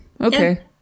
okay